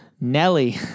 Nelly